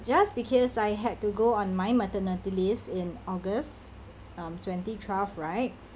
just because I had to go on my maternity leave in august um twenty twelve right